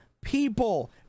people